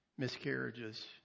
Miscarriages